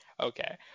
Okay